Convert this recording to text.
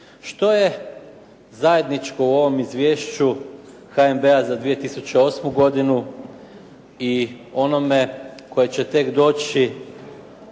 Što je zajedničko u ovom izvješću HNB-a za 2008. godinu i onome koje će tek doći